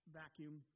vacuum